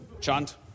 Chant